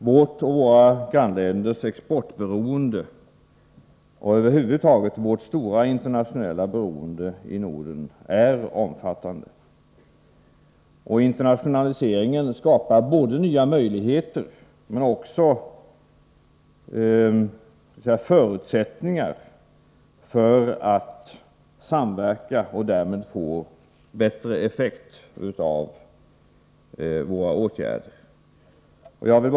Vårt och våra grannländers exportberoende, och internationellt beroende i Norden över huvud taget, är omfattande. Internationaliseringen skapar nya möjligheter men också förutsättningar för att samverka och därmed få bättre effekt av de åtgärder som vi vidtar.